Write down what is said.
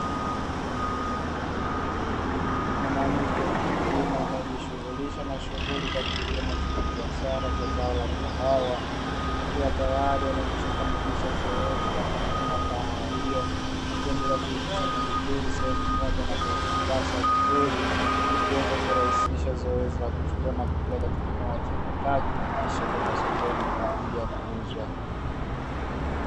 Mwanamke mkulima anayejishughulisha na shughuli za kilimo cha kibiashara cha kahawa, akiwa tayari amekwisha kamilisha zoezi la kuvuna kahawa hiyo kwa kuikusanya vizuri sehemu moja na kuifungasha vizuri ili kuweza kurahisisha zoezi la kuchukua na kupeleka katika la uchakataji na kisha kwenda sokoni kwa ajili ya kuuza.